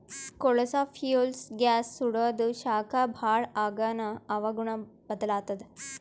ಕೊಳಸಾ fuels gas ಸುಡಾದು ಶಾಖ ಭಾಳ್ ಆಗಾನ ಹವಾಗುಣ ಬದಲಾತ್ತದ